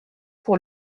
pour